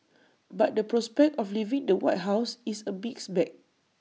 but the prospect of leaving the white house is A mixed bag